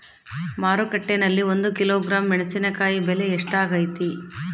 ಮಾರುಕಟ್ಟೆನಲ್ಲಿ ಒಂದು ಕಿಲೋಗ್ರಾಂ ಮೆಣಸಿನಕಾಯಿ ಬೆಲೆ ಎಷ್ಟಾಗೈತೆ?